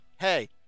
Hey